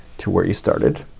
to where you started.